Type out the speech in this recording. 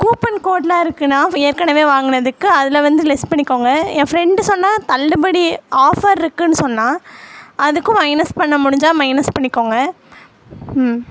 coupon கோட்லாம் இருக்குண்ணா ஏற்கனவே வாங்கினதுக்கு அதில் வந்து லெஸ் பண்ணிக்கோங்க என் ஃப்ரெண்டு சொன்னால் தள்ளுபடி ஆஃபர்ருக்குன்னு சொன்னால் அதுக்கும் மைனஸ் பண்ண முடிஞ்சால் மைனஸ் பண்ணிக்கோங்க ம்